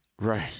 right